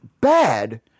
bad